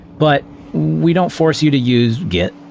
but we don't force you to use git.